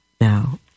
Now